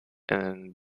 and